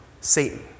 Satan